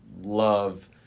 love